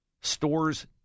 stores